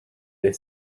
the